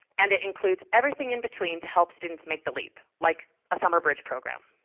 and it includes everything in between to help students make the leap, like a summer bridge program.